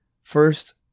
First